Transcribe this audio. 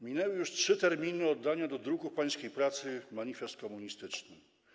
Minęły już trzy terminy oddania do druku pańskiej pracy „Manifest komunistyczny”